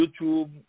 YouTube